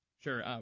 Sure